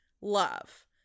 love